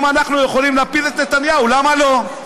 אם אנחנו יכולים להפיל את נתניהו, למה לא?